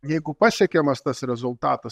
jeigu pasiekiamas tas rezultatas